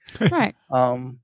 Right